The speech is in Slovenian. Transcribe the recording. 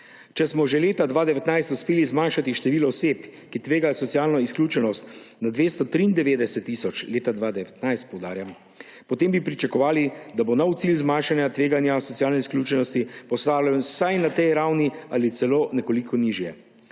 Če smo že leta 2019 uspeli zmanjšati število oseb, ki tvegajo socialno izključenost, na 293 tisoč, leta 2019, poudarjam, potem bi pričakovali, da bo nov cilj zmanjšanja tveganja socialne izključenosti postavljen vsaj na tej ravni ali celo nekoliko nižje.